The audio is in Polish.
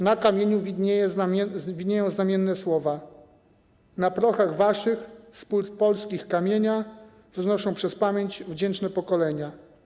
Na kamieniu widnieją znamienne słowa: „Na prochach waszych, z pól polskich kamienia, wznoszą przez pamięć wdzięczne pokolenia”